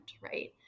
right